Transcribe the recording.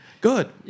Good